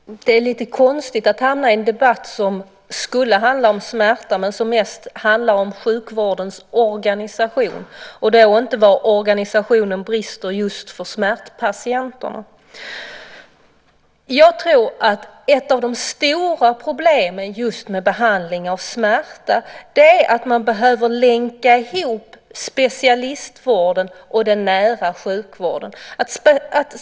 Fru talman! Det är lite konstigt att hamna i en debatt som skulle handla om smärta men som mest handlar om sjukvårdens organisation och där organisationen inte brister just för smärtpatienterna. Ett av de stora problemen just med behandling av smärta är att man behöver länka ihop specialistvården och den nära sjukvården.